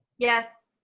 yes.